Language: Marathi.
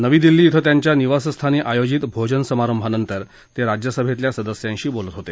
नवी दिल्ली विं त्यांच्या निवासस्थानी आयोजित भोजन समारंभानंतर ते राज्यसभेतल्या सदस्यांशी बोलत होते